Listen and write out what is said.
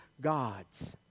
gods